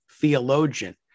theologian